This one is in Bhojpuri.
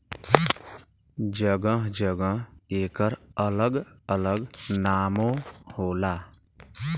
जगह जगह एकर अलग अलग नामो होला